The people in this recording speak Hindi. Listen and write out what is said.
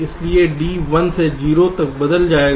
इसलिए D 1 से 0 तक बदल जाएगा